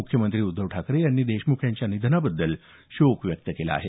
मुख्यमंत्री उद्धव ठाकरे यांनी देशमुख यांच्या निधनाबद्दल शोक व्यक्त केला आहे